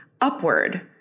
upward